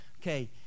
okay